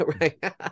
right